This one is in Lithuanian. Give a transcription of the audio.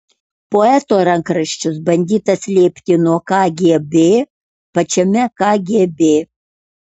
poeto rankraščius bandyta slėpti nuo kgb pačiame kgb